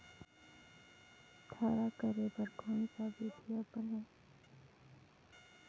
थरहा करे बर कौन सा विधि अपन?